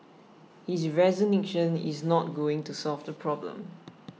his resignation is not going to solve the problem